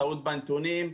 טעות בנתונים,